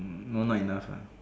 um no not enough lah